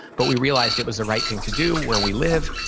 but we realized it was the right thing to do, where we live.